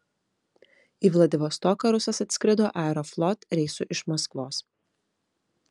į vladivostoką rusas atskrido aeroflot reisu iš maskvos